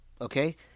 okay